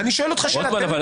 אני שואל אותך שאלה.